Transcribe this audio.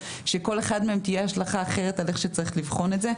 שלכל אחד מהם תהיה השלכה אחרת על איך שצריך לבחון את זה.